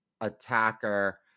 attacker